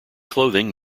clothing